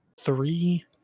three